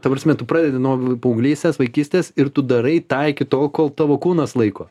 ta prasme tu pradedi nuo paauglystės vaikystės ir tu darai tą iki tol kol tavo kūnas laiko